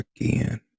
again